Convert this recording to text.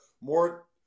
more